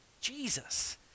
Jesus